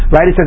Right